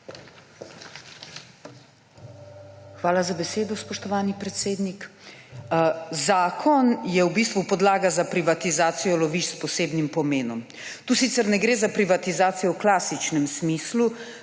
Hvala za besedo, spoštovani predsednik. Zakon je v bistvu podlaga za privatizacijo lovišč s posebnim pomenom. Tu sicer ne gre za privatizacijo v klasičnem smislu,